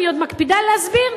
אני עוד מקפידה להסביר,